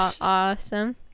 awesome